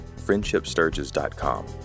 friendshipsturges.com